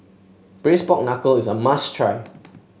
Braised Pork Knuckle is a must try